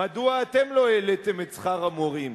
מדוע אתם לא העליתם את שכר המורים?